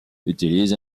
utilise